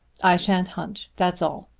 i shan't hunt that's all.